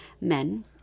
men